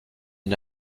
une